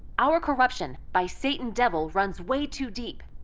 our corruption by satan devil runs way too deep.